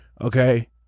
okay